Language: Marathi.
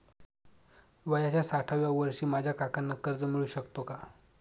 वयाच्या साठाव्या वर्षी माझ्या काकांना कर्ज मिळू शकतो का?